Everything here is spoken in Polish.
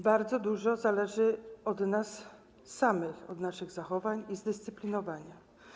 Bardzo dużo zależy od nas samych, od naszych zachowań i zdyscyplinowania.